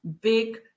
big